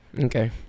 Okay